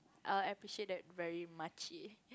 I will appreciate that very muchie